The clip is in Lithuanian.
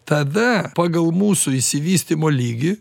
tada pagal mūsų išsivystymo lygį